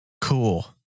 cool